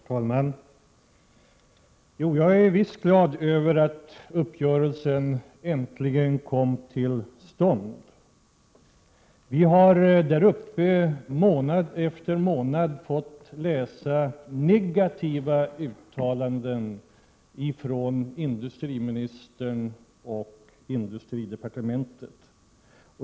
Herr talman! Jo, jag är visst glad över att uppgörelsen äntligen kom till stånd. Vi har där uppe i Västerbotten månad efter månad fått läsa negativa uttalanden ifrån industriministern och industridepartementet.